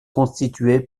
constituée